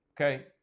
okay